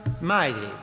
mighty